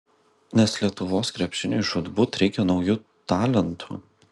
nes lietuvos krepšiniui žūtbūt reikia naujų talentų